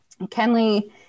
Kenley